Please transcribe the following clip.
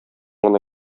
гына